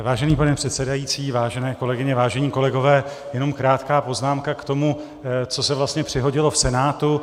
Vážený pane předsedající, vážené kolegyně, vážení kolegové, jenom krátká poznámka k tomu, co se vlastně přihodilo v Senátu.